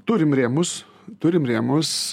turim rėmus turim rėmus